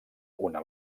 una